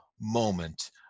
moment